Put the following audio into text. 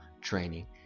training